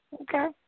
Okay